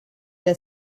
der